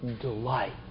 delight